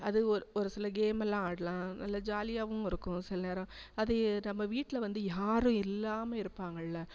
அது ஒரு ஒரு சில கேம்மெல்லாம் ஆடலாம் நல்லா ஜாலியாகவும் இருக்கும் சில நேரம் அது நம்ம வீட்டில் வந்து யாரும் இல்லாமல் இருப்பாங்கள்ல